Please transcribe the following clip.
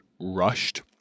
rushed